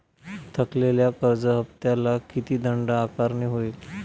थकलेल्या कर्ज हफ्त्याला किती दंड आकारणी होईल?